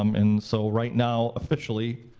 um and so right now, officially,